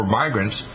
migrants